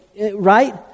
right